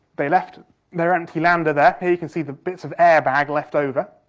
they left their empty lander there. here you can see the bits of airbag left over.